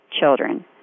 children